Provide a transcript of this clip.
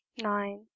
nine